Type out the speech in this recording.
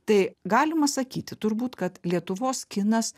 tai galima sakyti turbūt kad lietuvos kinas